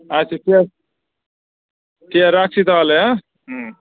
আচ্চা কি আর ঠিক আছে রাখছি তাহলে হ্যাঁ হুম